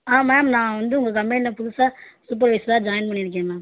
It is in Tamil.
ஆ மேம் நான் வந்து உங்கள் கம்பெனியில் புதுசாக சூப்பர்வைஸராக ஜாயின் பண்ணிருக்கேங்க மேம்